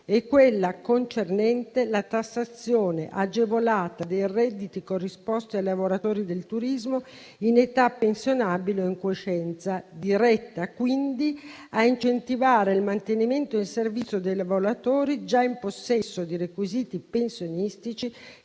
e quella concernente la tassazione agevolata dei redditi corrisposti ai lavoratori del turismo in età pensionabile o in quiescenza diretta; quindi, consentirebbe di incentivare il mantenimento in servizio dei lavoratori già in possesso di requisiti pensionistici,